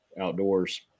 outdoors